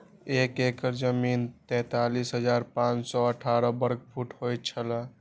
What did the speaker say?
एक एकड़ जमीन तैंतालीस हजार पांच सौ साठ वर्ग फुट होय छला